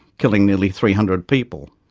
killing nearly three hundred people.